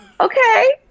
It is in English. Okay